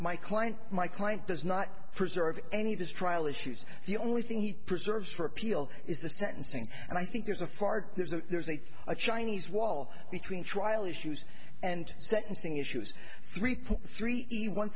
my client my client does not preserve any of this trial issues the only thing he preserves for appeal is the sentencing and i think there's a part there's a there's a a chinese wall between trial issues and sentencing issues three point three one